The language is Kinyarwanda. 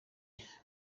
ndi